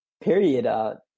period –